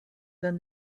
then